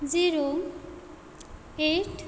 zero eight